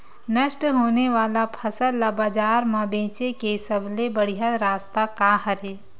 नष्ट होने वाला फसल ला बाजार मा बेचे के सबले बढ़िया रास्ता का हरे?